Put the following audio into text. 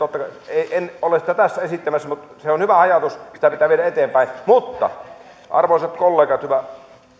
en ole tässä esittämässä mutta se on hyvä ajatus sitä pitää viedä eteenpäin mutta arvoisat kollegat